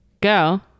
Go